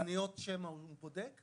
אוזניות שמע הוא בודק?